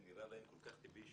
זה נראה להם כל כך טבעי,